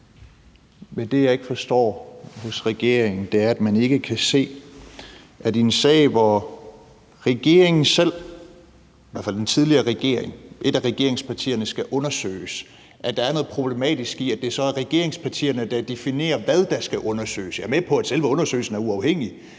Men det, jeg ikke forstår hos regeringen, er, at man ikke kan se, at i en sag, hvor regeringen selv – i hvert fald den tidligere regering, og det vil sige et af regeringspartierne – skal undersøges, er der noget problematisk i, at det så er regeringspartierne, der definerer, hvad der skal undersøges. Jeg er med på, at selve undersøgelsen er uafhængig,